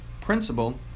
Principle